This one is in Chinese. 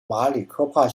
马里科帕